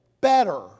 better